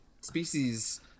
species